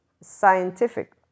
scientific